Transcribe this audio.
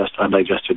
undigested